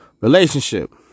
Relationship